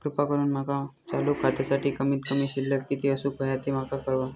कृपा करून माका चालू खात्यासाठी कमित कमी शिल्लक किती असूक होया ते माका कळवा